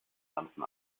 ganzen